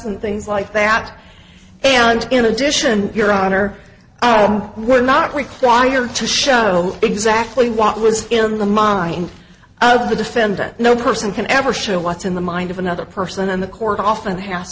and things like that and in addition your honor we were not required to show exactly what was in the mind of the defendant no person can ever show what's in the mind of another person and the court often ha